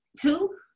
Two